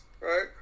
right